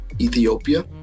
Ethiopia